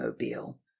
mobile